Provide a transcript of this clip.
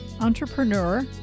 entrepreneur